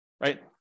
right